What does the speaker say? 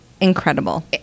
incredible